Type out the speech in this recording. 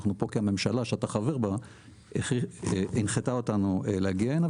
אנחנו פה כי הממשלה שאתה חבר בה הנחת אותנו להגיע הנה.